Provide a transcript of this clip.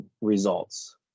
Results